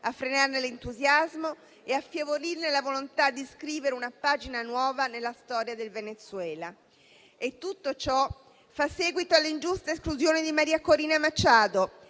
a frenarne l'entusiasmo e affievolirne la volontà di scrivere una pagina nuova nella storia del Venezuela. Tutto ciò fa seguito all'ingiusta esclusione di Maria Corina Machado,